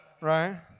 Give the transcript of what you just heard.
Right